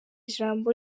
ijambo